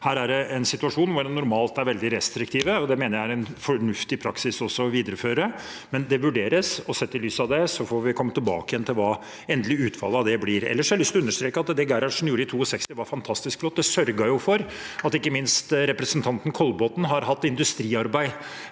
Her er det en situasjon hvor en normalt er veldig restriktiv, og det mener jeg er en fornuftig praksis å videreføre. Men dette vurderes, og sett i lys av det får vi komme tilbake igjen til hva som blir det endelige utfallet. Ellers har jeg lyst til å understreke at det Gerhardsen gjorde i 1962, var fantastisk flott. Det sørget for at ikke minst representanten Kollbotn har hatt industriarbeid